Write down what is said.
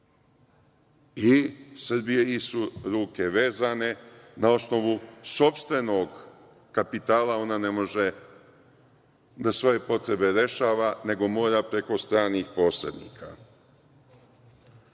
i Srbiji su ruke vezane na osnovu sopstvenog kapitala ona ne može da svoje potrebe rešava, nego mora preko stranih posrednika.Za